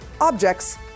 Objects